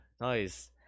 Nice